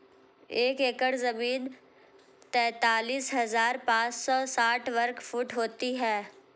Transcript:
एक एकड़ जमीन तैंतालीस हजार पांच सौ साठ वर्ग फुट होती है